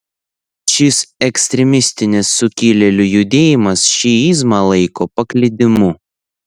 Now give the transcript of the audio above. šis ekstremistinis sukilėlių judėjimas šiizmą laiko paklydimu